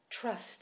trust